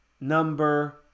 number